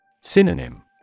Synonym